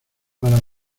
para